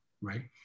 right